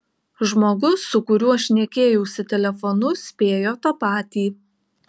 žmogus su kuriuo šnekėjausi telefonu spėjo tą patį